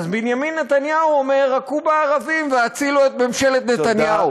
אז בנימין נתניהו אומר: הכו בערבים והצילו את ממשלת נתניהו.